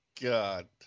god